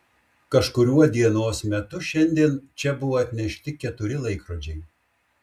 kažkuriuo dienos metu šiandien čia buvo atnešti keturi laikrodžiai